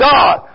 God